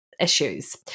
issues